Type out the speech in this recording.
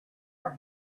our